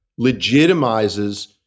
legitimizes